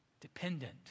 Dependent